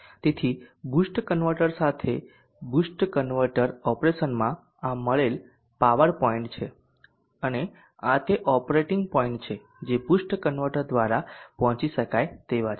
તેથી boost converter સાથે boost converter ઓપરેશનમાં આ મળેલ પાવર પોઇન્ટ છે અને આ તે ઓપરેટિંગ પોઇન્ટ છે જે બૂસ્ટ કન્વર્ટર દ્વારા પહોંચી શકાય તેવા છે